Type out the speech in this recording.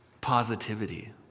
positivity